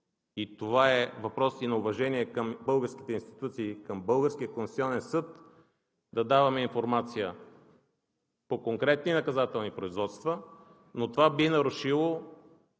но е въпрос на уважение към българските институции, към българския Конституционен съд – да даваме информация по конкретни наказателни производства, а и това би нарушило